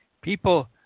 people